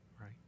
right